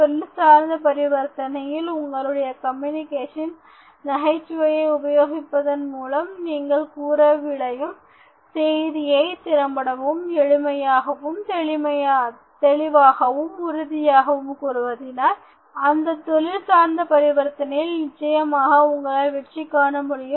தொழில் சார்ந்த பரிவர்த்தனையில் உங்களுடைய கம்யூனிகேஷன் நகைச்சுவையை உபயோகிப்பதன் மூலம் நீங்கள் கூற விழையும் செய்தியை திறம்படவும் எளிமையாகவும் தெளிவாகவும் உறுதியாகவும் கூறுவதினால் அந்த தொழில் சார்ந்த பரிவர்த்தனையில் நிச்சயமாக உங்களால் வெற்றியை காண முடியும்